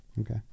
Okay